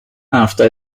after